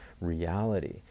reality